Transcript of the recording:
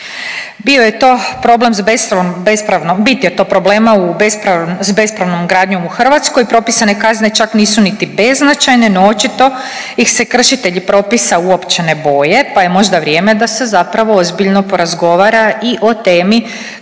bit je to problema s bespravnom gradnjom u Hrvatskoj, propisane kazne čak nisu niti beznačajne no očito ih se kršitelji propisa uopće ne boje, pa je možda vrijeme da se zapravo ozbiljno porazgovara i o temi